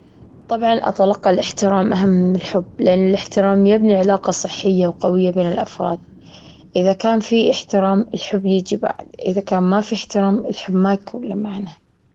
طبعًا أتلقى الإحترام أهم من الحب، لأن الإحترام يبني علاقة صحية وقوية بين الأفراد. إذا كان في إحترام الحب يجي بعد إذا كان ما في إحترام الحب ما يكون إله معنى.